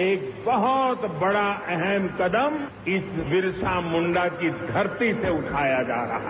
एक बहुत बड़ा अहम कदम इस बिरसामुंडा की धरती से उठाया जा रहा है